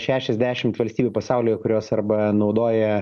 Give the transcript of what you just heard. šešiasdešimt valstybių pasaulyje kurios arba naudoja